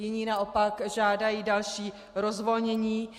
Jiní naopak žádají další rozvolnění.